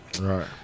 Right